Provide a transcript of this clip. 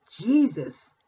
Jesus